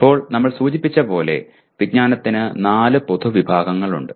ഇപ്പോൾ നമ്മൾ സൂചിപ്പിച്ച പോലെ വിജ്ഞാനത്തിന് നാല് പൊതുവിഭാഗങ്ങളുണ്ട്